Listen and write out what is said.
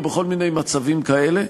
או בכל כל מיני מצבים כאלה,